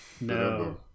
No